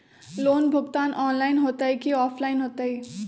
Loan भुगतान online होतई कि ऑफलाइन होतई?